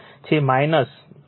3 var છે